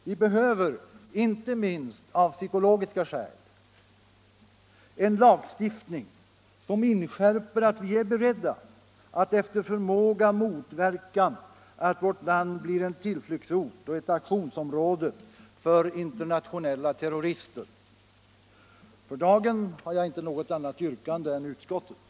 Vi behöver inte minst av psykologiska skäl en lagstiftning som inskärper att vi är beredda att efter förmåga motverka att vårt land blir en tillflyktsort och ett aktionsområde för internationella terrorister. För dagen har jag inte något annat yrkande än utskottets.